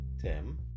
Tim